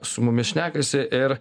su mumis šnekasi ir